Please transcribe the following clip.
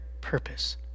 purpose